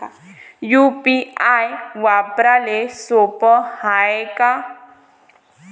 UPI वापराले सोप हाय का?